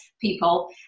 people